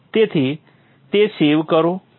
તેથી તે સેવ કરો